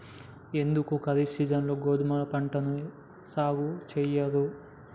ఎందుకు ఖరీఫ్ సీజన్లో గోధుమ పంటను సాగు చెయ్యరు?